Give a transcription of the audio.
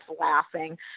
laughing